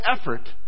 effort